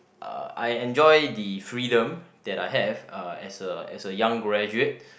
uh I enjoy the freedom that I have uh as a as a young graduate